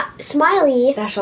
Smiley